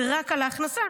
רק על ההכנסה,